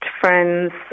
friends